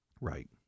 Right